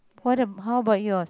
what a how about yours